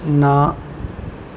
ਨਾ